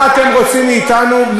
מה אתם רוצים מאתנו?